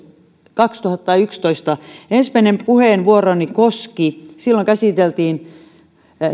kaksituhattayksitoista ensimmäinen puheenvuoroni koski silloin käsiteltiin